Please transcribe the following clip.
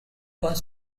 was